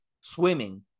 swimming